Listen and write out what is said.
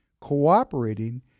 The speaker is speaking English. cooperating